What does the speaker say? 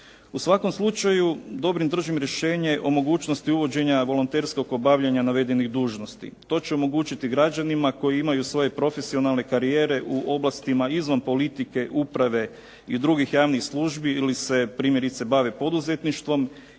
U svakom slučaju dobrim držim rješenje o mogućnosti uvođenja volonterskog obavljanja navedenih dužnosti. To će omogućiti građanima koji imaju svoje profesionalne karijere u oblastima izvan politike, uprave i drugih javnih službi ili se primjerice bave poduzetništvom